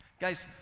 Guys